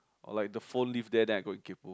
like the phone leave there then I go kaypoh